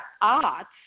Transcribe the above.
arts